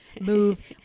Move